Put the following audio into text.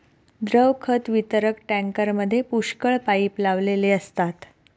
द्रव खत वितरक टँकरमध्ये पुष्कळ पाइप लावलेले असतात